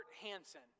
Hansen